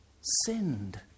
sinned